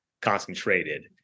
concentrated